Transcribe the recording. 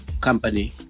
company